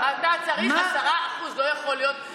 10%, אתה צריך 10%. לא יכול להיות.